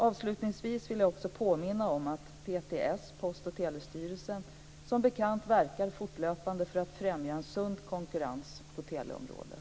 Avslutningsvis vill jag också påminna om att PTS, Post och telestyrelsen, verkar fortlöpande för att främja en sund konkurrens på teleområdet.